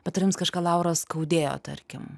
bet ar jums kažką laura skaudėjo tarkim